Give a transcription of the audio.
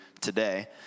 today